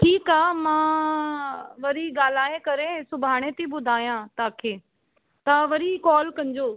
ठीकु आहे मां वरी ॻाल्हाइ करे सुभाणे थी ॿुधाया तव्हांखे त वरी कॉल कजो